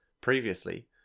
Previously